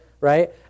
right